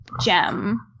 gem